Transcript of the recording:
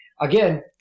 again